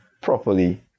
properly